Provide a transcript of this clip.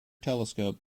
telescope